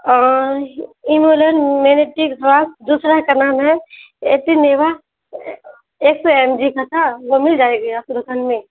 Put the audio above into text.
اور ڈرگ دوسرا کا نام ہے اٹینیوا ایک سو ایم جی کا تھا وہ مل جائے گی آپ کی دکان میں